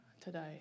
today